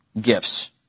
gifts